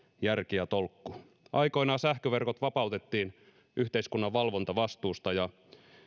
järki ja tolkku aikoinaan sähköverkot vapautettiin yhteiskunnan valvontavastuusta ja